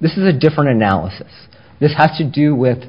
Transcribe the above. this is a different analysis this has to do with